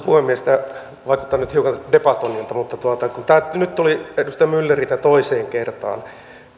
puhemies tämä vaikuttaa nyt hiukan debatoinnilta mutta kun nyt tuli edustaja mylleriltä toiseen kertaan